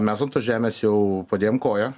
mes ant tos žemės jau padėjom koją